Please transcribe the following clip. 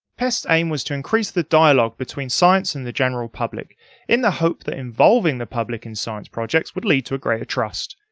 pest's aim was to increase the dialogue between science and the general public in the hope that involving the public in science projects would lead to a greater trust.